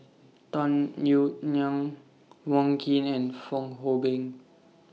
Tung Yue Nang Wong Keen and Fong Hoe Beng